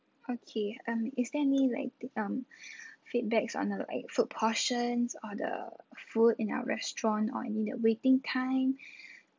okay um is there any like um feedbacks on the like food portions or the food in our restaurant or maybe the waiting time